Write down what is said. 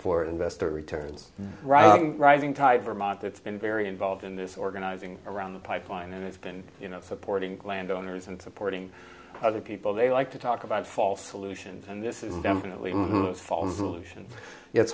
for investor returns rising tide vermont that's been very involved in this organizing around the pipeline and it's been you know supporting clan donors and supporting other people they like to talk about false solutions and this is definitely